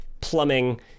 plumbing